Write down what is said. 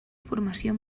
formació